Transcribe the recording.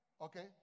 okay